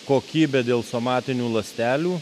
kokybę dėl somatinių ląstelių